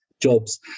jobs